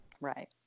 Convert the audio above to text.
right